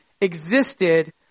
existed